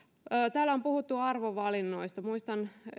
täällä on puhuttu arvovalinnoista muistan